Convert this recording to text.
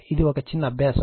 ఇది ఒక చిన్న అభ్యాసం